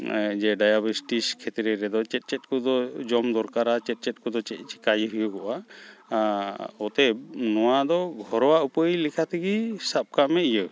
ᱡᱮ ᱰᱟᱭᱟᱵᱮᱴᱤᱥ ᱠᱷᱮᱛᱨᱮ ᱨᱮᱫᱚ ᱪᱮᱫ ᱪᱮᱫ ᱠᱚᱫᱚ ᱡᱚᱢ ᱫᱚᱨᱠᱟᱨᱟ ᱪᱮᱫ ᱪᱮᱫ ᱠᱚᱫᱚ ᱪᱮᱫ ᱪᱤᱠᱟᱹᱭ ᱦᱩᱭᱩᱦᱜᱚᱜᱼᱟ ᱚᱛᱚᱭᱮᱵᱽ ᱱᱚᱣᱟᱫᱚ ᱜᱷᱚᱨᱳᱣᱟ ᱩᱯᱟᱹᱭ ᱞᱮᱠᱟᱛᱮᱜᱮ ᱥᱟᱵᱠᱟᱜ ᱢᱮ ᱤᱭᱟᱹ